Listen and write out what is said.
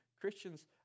Christians